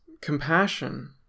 compassion